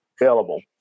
available